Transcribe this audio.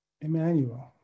Emmanuel